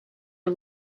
who